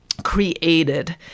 created